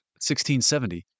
1670